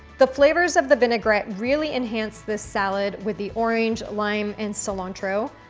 the flavors of the vinaigrette really enhance this salad with the orange, lime, and cilantro.